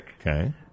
Okay